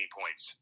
points